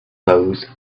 those